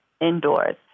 indoors